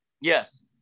Yes